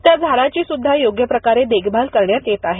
त्या झाडाची सृध्दा योग्य प्रकारे देखभाल करण्यात येत आहे